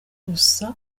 gusa